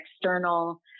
external